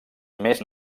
més